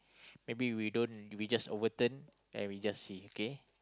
maybe we don't we just overturn and we just see okay